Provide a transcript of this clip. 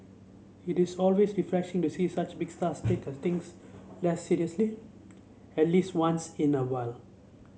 it is always refreshing to see such big stars take a things less seriously at least once in a while